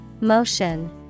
Motion